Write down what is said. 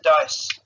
dice